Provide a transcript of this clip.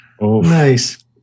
Nice